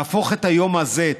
להפוך את היום הזה,